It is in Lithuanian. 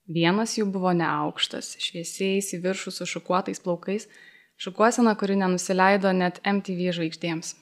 vienas jų buvo neaukštas šviesiais į viršų sušukuotais plaukais šukuosena kuri nenusileido net em ty vy žvaigždėms